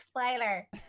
spoiler